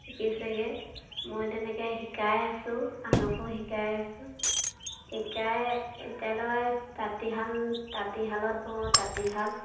শিকিছেগৈ মই তেনেকৈ শিকাই আছোঁ আনকো শিকাই আছোঁ শিকাই এতিয়ালৈ তাঁতীশাল তাঁতীশালত বওঁ তাঁতীশাল